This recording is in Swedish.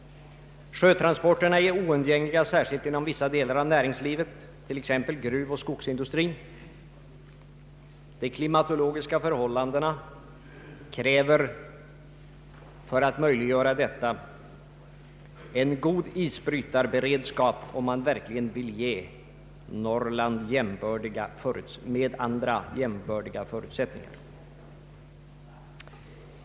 Sjötransporterna är oundgängliga, särskilt inom vissa delar av näringslivet, t.ex. gruvoch skogsindustrin. De klimatologiska förhållandena kräver en god isbrytarberedskap, om man verkligen vill ge Norrland med andra landsdelar jämbördiga förutsättningar.